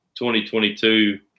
2022